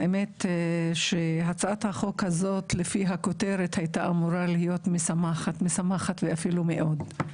האמת שהצעת החוק הזאת לפי הכותרת הייתה אמורה להיות משמחת ואפילו מאוד,